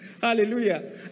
Hallelujah